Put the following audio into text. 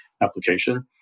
application